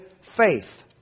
faith